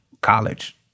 college